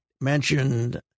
mentioned